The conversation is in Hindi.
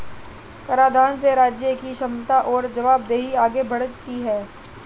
कराधान से राज्य की क्षमता और जवाबदेही आगे बढ़ती है